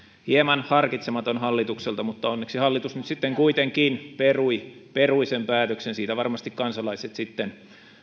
hieman harkitsematon hallitukselta mutta onneksi hallitus nyt kuitenkin perui perui päätöksen siitä varmasti kansalaiset sitten